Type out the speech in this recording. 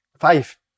five